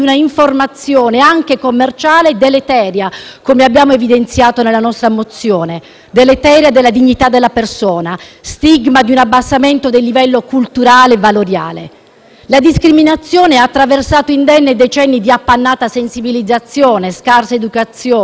come abbiamo evidenziato nella nostra mozione, è deleteria della dignità della persona, stigma di un abbassamento del livello culturale e valoriale. La discriminazione ha attraversato indenne decenni di appannata sensibilizzazione, scarsa educazione, a tratti anche inefficace legislazione.